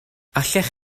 allech